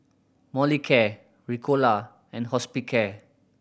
Molicare Ricola and Hospicare